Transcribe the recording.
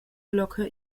glocke